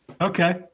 Okay